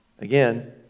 Again